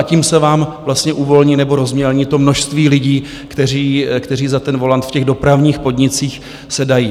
Tím se vám vlastně uvolní nebo rozmělní to množství lidí, kteří za ten volant v těch dopravních podnicích sedají.